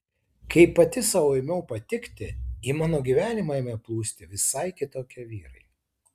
kai pati sau ėmiau patikti į mano gyvenimą ėmė plūsti visai kitokie vyrai